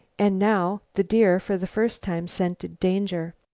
and now the deer for the first time scented danger.